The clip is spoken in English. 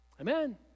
Amen